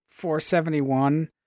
471